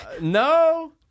No